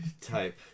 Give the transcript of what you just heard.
type